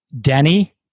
Denny